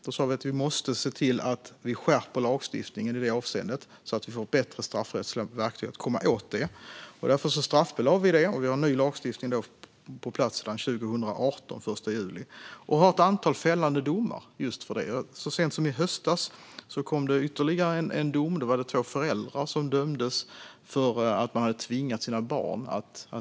Vi sa att vi måste skärpa lagstiftningen i det avseendet, så att vi får bättre straffrättsliga verktyg för att komma åt detta. Därför straffbelade vi det, och vi har ny lagstiftning på plats sedan den 1 juli 2018. Det finns ett antal fällande domar just för detta. Så sent som i höstas kom ytterligare en dom. Då var det två föräldrar som dömdes för att ha tvingat sina barn att tigga.